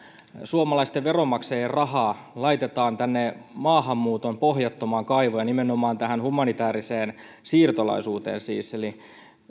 suomalaisten veronmaksajien rahaa laitetaan maahanmuuton pohjattomaan kaivoon ja nimenomaan siis humanitääriseen siirtolaisuuteen